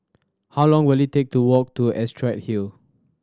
how long will it take to walk to Astrid Hill